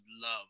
love